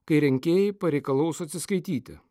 kai rinkėjai pareikalaus atsiskaityti